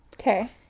Okay